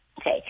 Okay